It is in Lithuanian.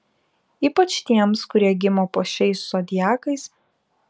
ypač tiems kurie gimė po šiais zodiakais